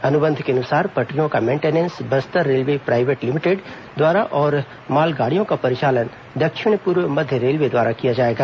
अनुबंध के अनुसार पटरियों का maintenance Bastar railway private limited द्वारा और माल गाड़ियों का परिचालन दक्षिण पूर्व मध्य रेलवे द्वारा किया जाएगा